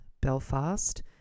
Belfast